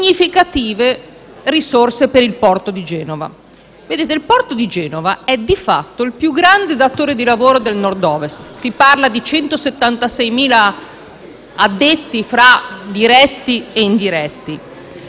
significative risorse per il porto di Genova. Vedete, il porto di Genova è, di fatto, il più grande datore di lavoro del Nord-Ovest (si parla di 176.000 addetti, fra diretti e indiretti),